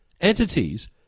entities